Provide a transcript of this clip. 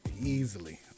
Easily